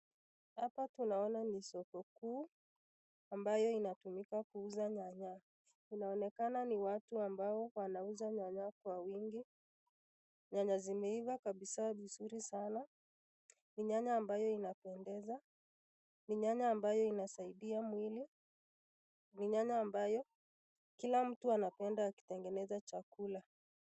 Hapa tunaona ni soko kuu ambayo inatumika kuuza nyanya, inaonekana ni watu ambao wanauza nyanya kwa wingi. Nyanya zimeiva kabisaa vizuri sana, ni nyanya ambayo inapendeza, ni nyanya ambayo inasaidia mwili, ni nyanya ambayo kila mtu anapenda akitengeneza chakula.